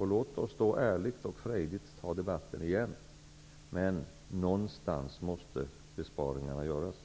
Låt oss då ärligt och frejdigt ta debatten igen. Men någonstans måste besparingarna göras.